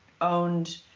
owned